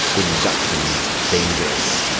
inductions dangerous,